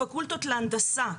פקולטות להנדסה,